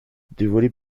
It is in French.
dévoiler